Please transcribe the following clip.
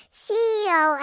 ceo